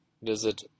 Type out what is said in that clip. Visit